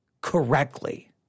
correctly